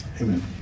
Amen